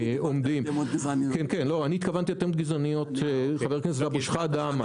אני התכוונתי לדבריו של סמי אבו שחאדה.